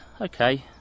okay